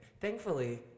Thankfully